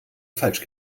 falsch